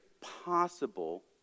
possible